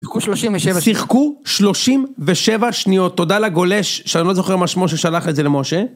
שיחקו 37 שניות, שיחקו 37 שניות, תודה לגולש, שאני לא זוכר מה שמו ששלח את זה למשה.